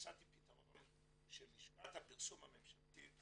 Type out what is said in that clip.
שלשכת הפרסום הממשלתית